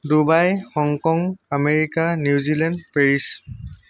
Dubai Hong Kong America New Zealand Paris